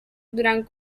durant